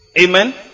Amen